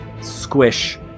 squish